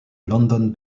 london